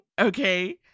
Okay